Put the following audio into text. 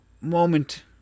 moment